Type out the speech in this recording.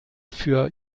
für